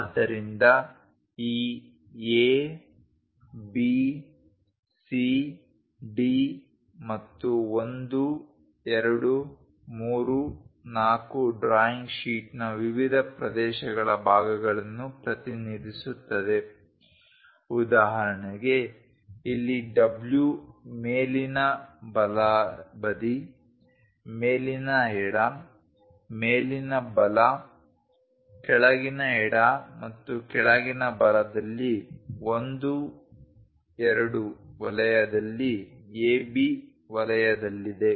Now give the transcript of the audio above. ಆದ್ದರಿಂದ ಈ A B C D ಮತ್ತು 1 2 3 4 ಡ್ರಾಯಿಂಗ್ ಶೀಟ್ನ ವಿವಿಧ ಪ್ರದೇಶಗಳ ಭಾಗಗಳನ್ನು ಪ್ರತಿನಿಧಿಸುತ್ತದೆ ಉದಾಹರಣೆಗೆ ಇಲ್ಲಿ W ಮೇಲಿನ ಬಲಬದಿ ಮೇಲಿನ ಎಡ ಮೇಲಿನ ಬಲ ಕೆಳಗಿನ ಎಡ ಮತ್ತು ಕೆಳಗಿನ ಬಲದಲ್ಲಿ 1 2 ವಲಯದಲ್ಲಿ A B ವಲಯದಲ್ಲಿದೆ